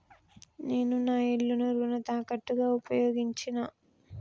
నేను నా ఇల్లును రుణ తాకట్టుగా ఉపయోగించినా